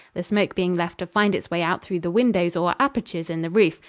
the smoke being left to find its way out through the windows or apertures in the roof,